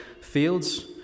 fields